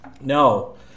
No